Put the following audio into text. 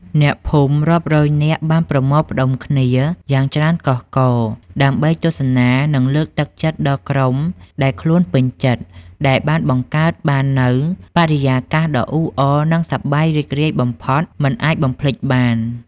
អ្នកភូមិរាប់រយនាក់បានប្រមូលផ្តុំគ្នាយ៉ាងច្រើនកុះករដើម្បីទស្សនា និងលើកទឹកចិត្តដល់ក្រុមដែលខ្លួនពេញចិត្ត ដែលបានបង្កើតបាននូវបរិយាកាសដ៏អ៊ូអរនិងសប្បាយរីករាយបំផុតមិនអាចបំភ្លេចបាន។